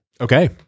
Okay